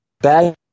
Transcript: bad